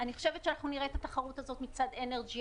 אני חושבת שאנחנו נראה את התחרות הזאת מצד אנרג'יאן,